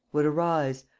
would arise,